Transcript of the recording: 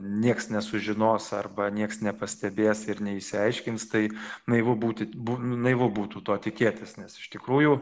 nieks nesužinos arba nieks nepastebės ir neišsiaiškins tai naivu būti bu naivu būtų to tikėtis nes iš tikrųjų